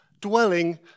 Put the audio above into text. dwelling